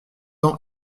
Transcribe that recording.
ans